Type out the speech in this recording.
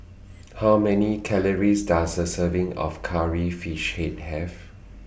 How Many Calories Does A Serving of Curry Fish Head Have